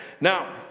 Now